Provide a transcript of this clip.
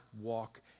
walk